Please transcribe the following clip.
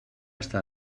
està